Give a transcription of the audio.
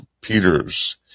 Peters